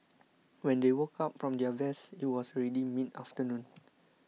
when they woke up from their rest it was already mid afternoon